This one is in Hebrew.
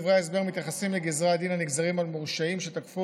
דברי ההסבר מתייחסים לגזרי הדין הנגזרים על מורשעים שתקפו,